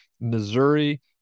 Missouri